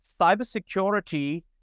cybersecurity